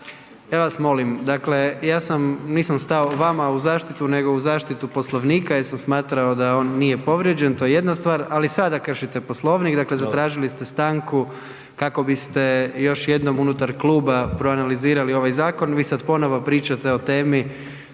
Ja vas molim, dakle, ja sam, nisam stao vama u zaštitu nego u zaštitu Poslovnika jer sam smatrao da on nije povrijeđen, to je jedna stvar, ali sada kršite Poslovnik, dakle zatražili ste stanku kako biste još jednom unutar kluba proanalizirali ovaj zakon, vi sad ponovo pričate o temi